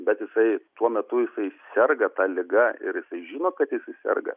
bet jisai tuo metu jisai serga ta liga ir žino kad jisai serga